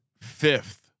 fifth